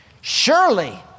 Surely